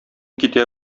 китә